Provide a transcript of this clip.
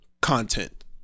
content